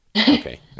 Okay